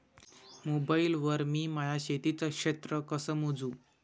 Mobile वर मी माया शेतीचं क्षेत्र कस मोजू?